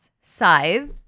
scythe